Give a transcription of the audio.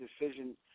decision